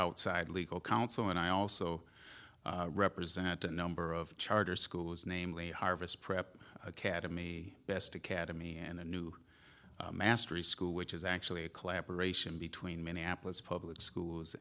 outside legal counsel and i also represent a number of charter schools namely harvest prep academy best academy and a new mastery school which is actually a collaboration between minneapolis public schools